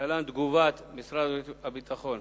להלן תגובת משרד הביטחון: